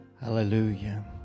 Hallelujah